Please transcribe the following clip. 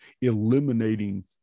eliminating